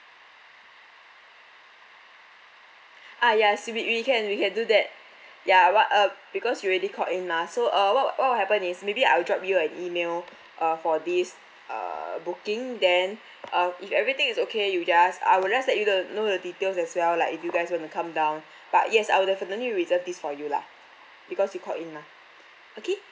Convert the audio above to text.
ah yes we can we can do that ya what uh because you already call in mah so uh what what will happen is maybe I'll drop you an email uh for this uh booking then uh if everything is okay you just I'll lets say you guys want to know the details as well like if you guys want to come down but yes I'll definitely reserve this for you lah because you call in mah okay